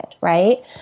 Right